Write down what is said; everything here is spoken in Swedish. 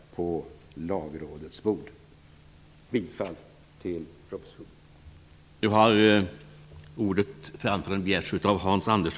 Jag yrkar bifall till propositionen.